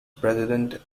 president